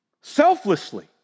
Selflessly